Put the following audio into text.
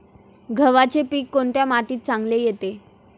गव्हाचे पीक कोणत्या मातीत चांगले येते?